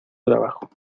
trabajo